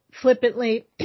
Flippantly